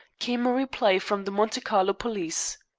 came a reply from the monte carlo police